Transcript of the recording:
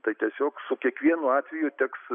tai tiesiog su kiekvienu atveju teks